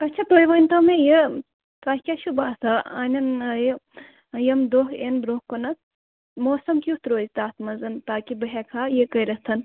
اَچھا تُہۍ ؤنۍتَو مےٚ یہِ تۄہہِ کیٛاہ چھُ باسان أنِنۍ یہِ یِم دۄہ یِن برٛونٛہہ کُن موسَم کٮُ۪تھ روزِ تَتھ منٛز تاکہِ بہٕ ہٮ۪کہٕ ہا یہِ کٔرِتھ